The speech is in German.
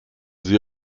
sie